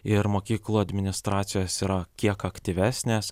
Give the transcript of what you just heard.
ir mokyklų administracijos yra kiek aktyvesnės